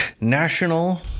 National